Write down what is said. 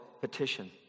petition